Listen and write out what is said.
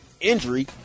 injury